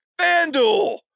FanDuel